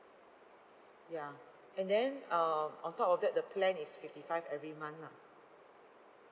yeah and then um on top of that the plan is fifty five every month lah